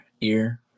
ear